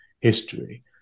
history